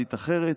אוניברסלית אחרת: